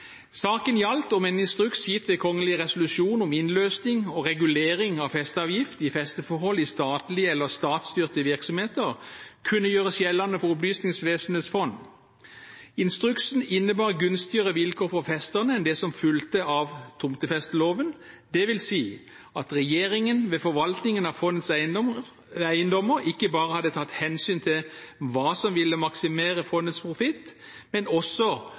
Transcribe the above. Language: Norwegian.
Saken gjaldt om en instruks gitt ved kongelig resolusjon om innløsning og regulering av festeavgift i festeforhold i statlige eller statsstyrte virksomheter kunne gjøres gjeldende for Opplysningsvesenets fond. Instruksen innebar gunstigere vilkår for festerne enn det som fulgte av tomtefesteloven. Det vil si at regjeringen ved forvaltningen av fondets eiendommer ikke bare hadde tatt hensyn til hva som ville maksimere fondets profitt, men også